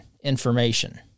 information